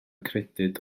credyd